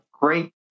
great